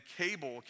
cable